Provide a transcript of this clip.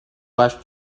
was